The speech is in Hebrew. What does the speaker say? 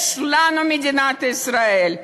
יש לנו את מדינת ישראל.